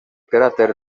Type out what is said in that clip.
cràter